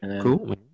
cool